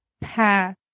path